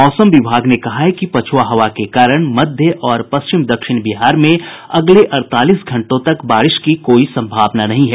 मौसम विभाग ने कहा है कि पछ्आ हवा के कारण मध्य और पश्चिम दक्षिण बिहार में अगले अड़तालीस घंटों तक बारिश की कोई सम्भावना नहीं है